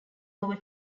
over